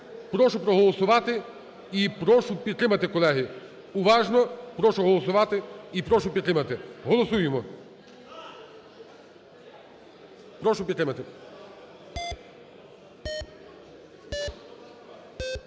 Прошу проголосувати і прошу підтримати, колеги. Уважно прошу голосувати і прошу підтримати. Голосуємо. Прошу підтримати. 17:32:00